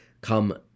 come